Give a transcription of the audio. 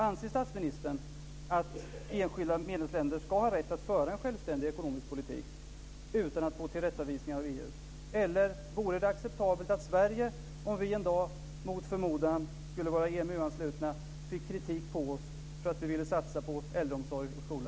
Anser statsministern att de enskilda medlemsländerna ska ha rätt att föra en självständig ekonomisk politik utan att få tillrättavisningar av EU, eller vore det acceptabelt att Sverige, om vi en dag mot förmodan skulle vara EMU-anslutna, fick kritik för att vi ville satsa på äldreomsorg och skola?